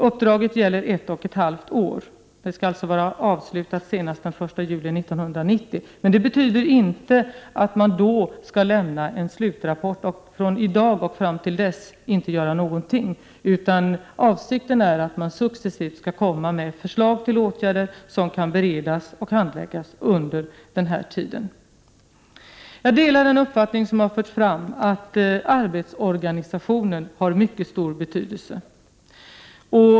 Uppdraget omfattar ett och ett halvt år och skall alltså vara avslutat senast den 1 juli 1990. Men det betyder inte att den enbart skall lämna en slutrapport vid den tidpunkten, utan avsikten är att den successivt skall lägga fram förslag till åtgärder som kan beredas och handläggas under den här tiden. Jag delar den framförda uppfattningen att arbetsorganisationen har mycket stor betydelse.